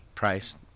price